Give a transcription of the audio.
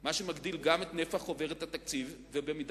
מה שמגדיל גם את נפח חוברת התקציב ובמידה